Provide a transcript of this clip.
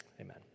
amen